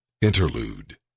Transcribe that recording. Interlude